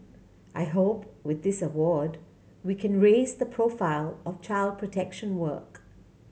I hope with this award we can raise the profile of child protection work